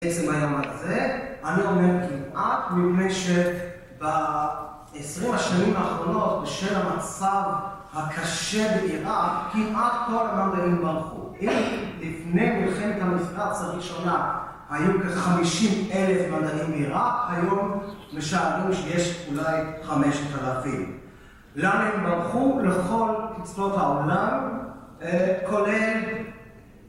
בעצם היה מעט זה. אני אומר כמעט, מפני שבעשרים השנים האחרונות בשל המצב הקשה בעיראק, כמעט כל המדענים ברחו. אם לפני מלחמת המפרץ הראשונה היו כ-50 אלף מדענים בעיראק, היום משערים שיש אולי 5,000. לאן הם ברחו? לכל קצוות העולם, כולל...